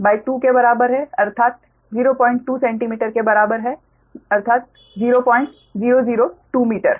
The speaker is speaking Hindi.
तो ry 042 के बराबर है अर्थात 02 सेंटीमीटर के बराबर है 0002 मीटर